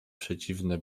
przeciwne